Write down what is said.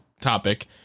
topic